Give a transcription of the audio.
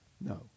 No